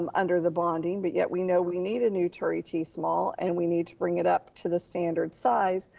um under the bonding, but yet we know we need a new turie t. small, and we need to bring it up to the standard size.